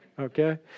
Okay